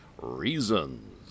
reasons